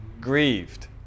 grieved